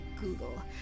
Google